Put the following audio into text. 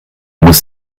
muss